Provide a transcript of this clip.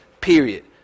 period